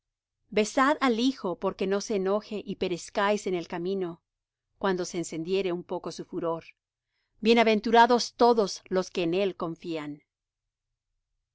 besad al hijo porque no se enoje y perezcáis en el camino cuando se encendiere un poco su furor bienaventurados todos los que en él confían